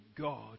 god